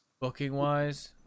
Booking-wise